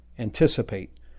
anticipate